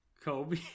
Kobe